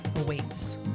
awaits